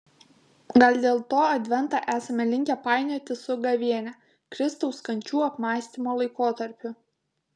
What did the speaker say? gal dėl to adventą esame linkę painioti su gavėnia kristaus kančių apmąstymo laikotarpiu